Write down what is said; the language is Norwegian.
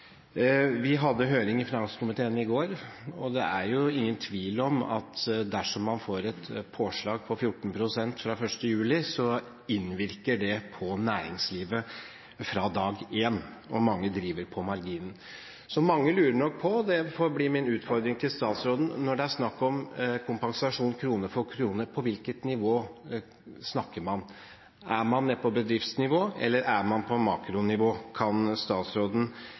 Vi hadde høring i finanskomiteen i går, og det er jo ingen tvil om at dersom man får et påslag på 14 pst. fra 1. juli, innvirker det på næringslivet fra dag én – og mange driver på marginen. Så mange lurer nok på, og det får bli min utfordring til statsråden: Når det er snakk om kompensasjon krone for krone, hvilket nivå snakker man om da? Er man nede på bedriftsnivå, eller er man på makronivå? Kan statsråden